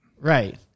Right